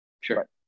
Sure